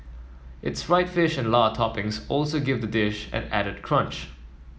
its fried fish and lard toppings also give the dish an added crunch